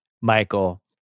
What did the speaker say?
Michael